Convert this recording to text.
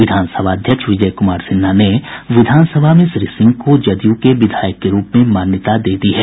विधानसभा अध्यक्ष विजय कुमार सिन्हा ने विधानसभा में श्री सिंह को जदयू के विधायक के रूप में मान्यता दे दी है